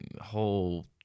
whole